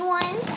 one